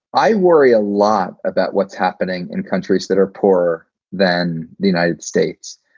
i worry a lot about what's happening in countries that are poorer than the united states.